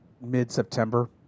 mid-September